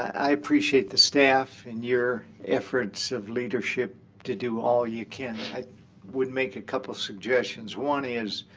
i appreciate the staff and your efforts of leadership to do all you can. i would make a couple of suggestions. one is